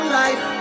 life